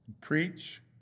preach